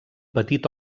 petit